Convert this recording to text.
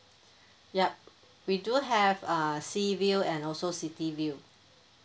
yup we do have uh sea view and also city view